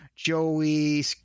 Joey